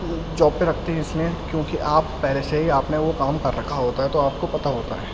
job پہ رکھتے ہیں اس لیے کیونکہ آپ پہلے سے ہی آپ نے وہ کام کر رکھا ہوتا ہے تو آپ کو پتہ ہوتا ہے